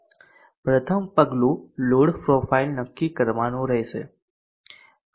પ્રથમ પગલું load profile નક્કી કરવાનું હશે